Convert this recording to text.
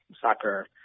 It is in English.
soccer